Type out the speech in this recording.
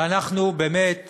ואנחנו באמת